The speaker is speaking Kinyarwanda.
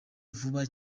vuba